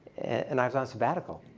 and i was on sabbatical.